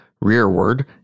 rearward